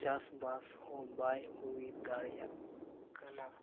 ᱪᱟᱥᱵᱟᱥ ᱦᱚᱸ ᱵᱟᱭ ᱦᱩᱭ ᱫᱟᱲᱮᱭᱟᱜ ᱠᱟᱱᱟ